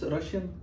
Russian